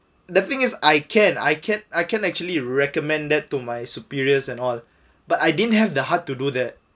the thing is I can I can I can actually recommended that to my superiors and all but I didn't have the heart to do that